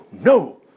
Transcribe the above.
no